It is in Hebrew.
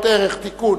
מסכימה.